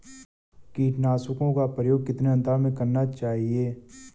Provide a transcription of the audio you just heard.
कीटनाशकों का प्रयोग कितने अंतराल में करना चाहिए?